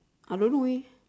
I don't know eh